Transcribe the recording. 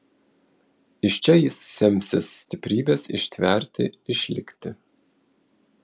iš čia jis semsis stiprybės ištverti išlikti